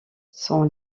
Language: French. sont